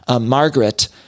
Margaret